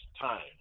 time